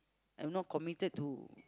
am not committed to